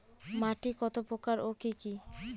মাটি কতপ্রকার ও কি কী?